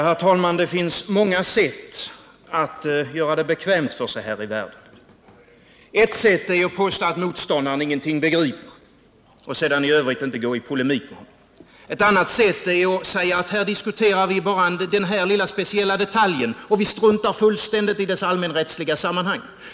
Herr talman! Det finns många sätt att göra det bekvämt för sig här i världen. Ett sätt är att påstå att motståndaren ingenting begriper och i övrigt inte gå i polemik med honom. Ett annat sätt är att säga att här diskuterar vi bara en viss, liten detalj, och vi struntar fullständigt i dess allmänrättsliga sammanhang.